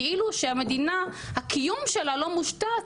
כאילו שהמדינה והקיום שלה לא מושתת